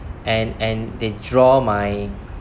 and and they draw my